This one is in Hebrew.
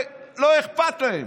ולא אכפת להם.